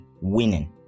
winning